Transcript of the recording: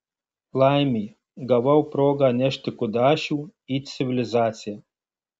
laimė gavau progą nešti kudašių į civilizaciją